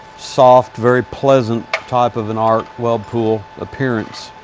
soft, very pleasant type of an arc, weld pool appearance.